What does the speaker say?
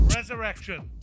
Resurrection